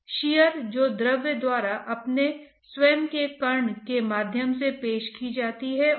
तो यह कोर्स मान लेगा कि सारा द्रव इंसोम्प्रेसिब्ल है